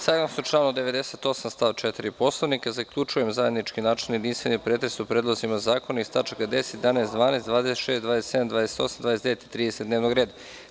Saglasno članu 98. stav 4. Poslovnika, zaključujem zajednički načelni i jedinstveni pretres o predlozima zakona iz tačaka 10, 11, 12, 26, 27, 28, 29. i 30. dnevnog reda.